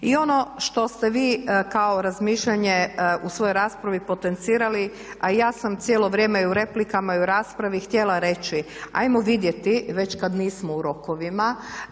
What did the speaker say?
I ono što ste vi kao razmišljanje u svojoj raspravi potencirali, a i ja sam cijelo vrijeme i u replikama i u raspravi htjela reći, hajmo vidjeti već kad nismo u rokovima,